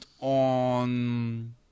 on